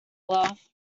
love